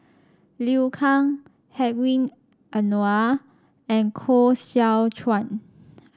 Liu Kang Hedwig Anuar and Koh Seow Chuan